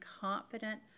confident